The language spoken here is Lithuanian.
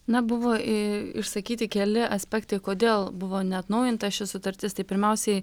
na buvo i išsakyti keli aspektai kodėl buvo neatnaujinta ši sutartis tai pirmiausiai